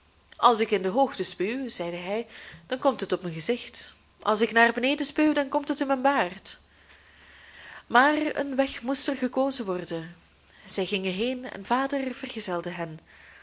als ik in de hoogte spuw zeide hij dan komt het op mijn gezicht als ik naar beneden spuw dan komt het in mijn baard maar een weg moest er gekozen worden zij gingen heen en vader vergezelde hen